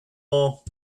all